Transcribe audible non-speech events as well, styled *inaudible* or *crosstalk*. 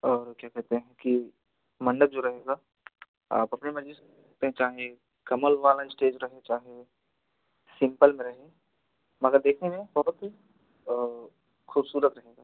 और क्या कहते है कि मंडप जो रहेगा आप अपने मर्ज़ी से कहीं चाहें कमल वाला स्टेज रखें चाहे सिम्पल में रहे मगर देखेंगे *unintelligible* ख़ूबसूरत रहेगा